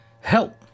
help